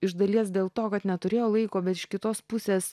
iš dalies dėl to kad neturėjo laiko bet iš kitos pusės